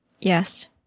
Yes